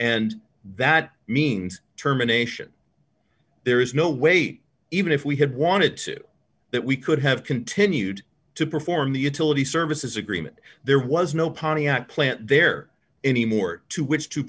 and that means terminations there is no wait even if we had wanted to that we could have continued to perform the utility services agreement there was no pontiac plant there any more to which to